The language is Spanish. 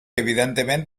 evidente